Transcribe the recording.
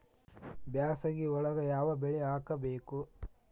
ಬ್ಯಾಸಗಿ ಒಳಗ ಯಾವ ಬೆಳಿ ಹಾಕಬೇಕು?